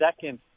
second